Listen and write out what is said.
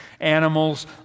animals